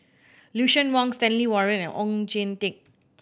Lucien Wang Stanley Warren and Oon Jin Teik